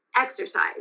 exercise